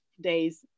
days